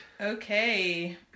Okay